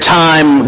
time